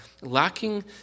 lacking